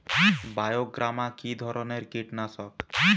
বায়োগ্রামা কিধরনের কীটনাশক?